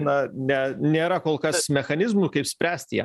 na ne nėra kol kas mechanizmų kaip spręsti ją